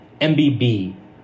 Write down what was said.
MBB